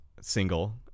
single